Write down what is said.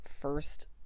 first